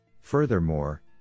Furthermore